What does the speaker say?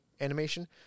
animation